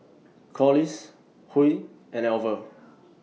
Collis Huy and Alver